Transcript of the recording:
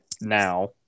now